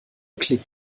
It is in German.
klick